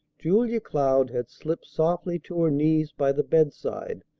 julia cloud had slipped softly to her knees by the bedside,